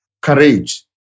courage